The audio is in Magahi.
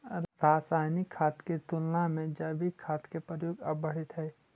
रासायनिक खाद के तुलना में जैविक खाद के प्रयोग अब बढ़ित हई